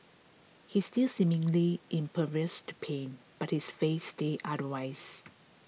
he's still seemingly impervious to pain but his face says otherwise